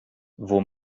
vos